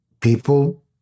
people